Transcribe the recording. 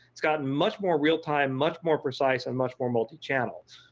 it's gotten much more real time, much more precise and much more multichannel.